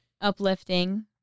uplifting